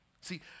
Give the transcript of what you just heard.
See